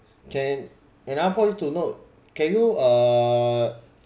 can another point to note can you uh